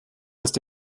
ist